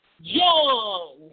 John